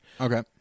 okay